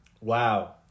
Wow